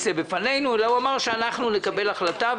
בפנינו אלא הוא אמר שאנחנו נקבל החלטה,